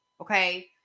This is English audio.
okay